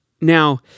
Now